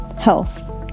health